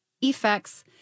effects